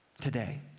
Today